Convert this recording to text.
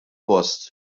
post